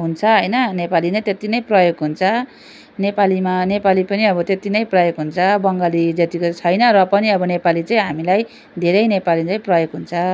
हुन्छ होइन नेपाली नै त्यति नै प्रयोग हुन्छ नेपालीमा नेपाली पनि अब त्यति नै प्रयोग हुन्छ बङ्गाली जत्तिको छैन र पनि अब नेपाली चाहिँ हामीलाई धेरै नेपाली नै प्रयोग हुन्छ